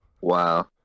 Wow